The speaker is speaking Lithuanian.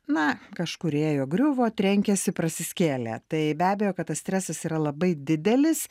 na kažkur ėjo griuvo trenkėsi prasiskėlė tai be abejo kad tas stresas yra labai didelis